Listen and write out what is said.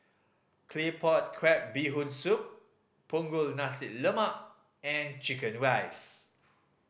Claypot Crab Bee Hoon Soup Punggol Nasi Lemak and chicken rice